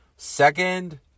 Second